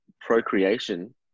procreation